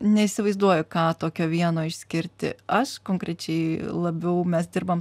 neįsivaizduoju ką tokio vieno išskirti aš konkrečiai labiau mes dirbam